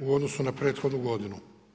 u odnosu na prethodnu godinu.